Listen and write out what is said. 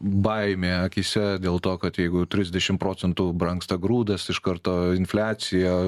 baimė akyse dėl to kad jeigu trisdešimt procentų brangsta grūdas iš karto infliacija